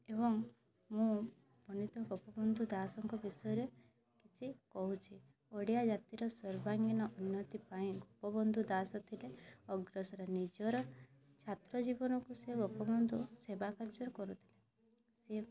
ଏବଂ ମୁଁ ପଣ୍ଡିତ ଗୋପବନ୍ଧୁ ଦାସଙ୍କ ବିଷୟରେ କିଛି କହୁଛି ଓଡ଼ିଆଜାତିର ସର୍ବାଙ୍ଗୀନ ଉନ୍ନତି ପାଇଁ ଗୋପବନ୍ଧୁ ଦାସ ଥିଲେ ଅଗ୍ରସର ନିଜର ଛାତ୍ର ଜୀବନକୁ ସେ ଗୋପବନ୍ଧୁ ସେବା କାର୍ଯ୍ୟ କରୁଥିଲେ ସିଏ